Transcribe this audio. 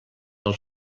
del